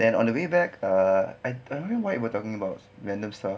then on the way back err I I don't know why we were talking about random stuff